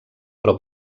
però